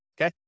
okay